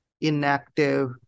inactive